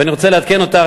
ואני רוצה לעדכן אותך,